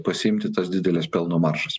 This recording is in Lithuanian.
pasiimti tas dideles pelno maržas